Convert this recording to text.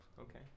Okay